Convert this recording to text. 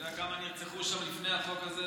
אתה יודע כמה נרצחו שם לפני החוק הזה,